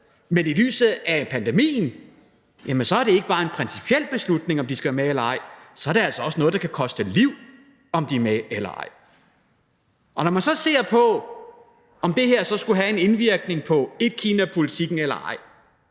men i lyset af pandemien er det ikke bare en principiel beslutning, om de skal være med eller ej. Så er det altså også noget, der kan koste liv, om de er med eller ej. Når man så ser på, om det her skulle have en indvirkning på etkinapolitikken eller ej,